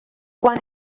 quan